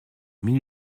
mille